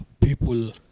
people